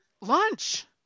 lunch